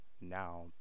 now